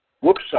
Whoops